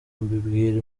mbibwira